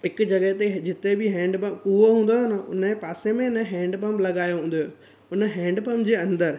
हिक जॻहि ते जिते बि हैंडपंप कुओ हूंदो हुयो न उनजे पासे में हैंडपंप लॻायो हूंदो उन हैंडपंप जे अंदर